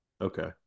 Okay